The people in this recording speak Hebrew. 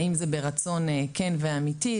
האם זה ברצון כן ואמיתי,